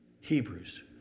Hebrews